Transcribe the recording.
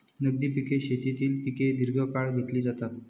नगदी पिके शेतीतील पिके दीर्घकाळ घेतली जातात